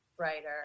writer